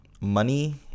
money